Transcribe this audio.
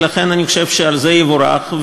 ולכן אני חושב שעל זה יבורך,